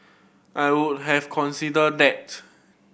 I would have considered that